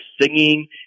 singing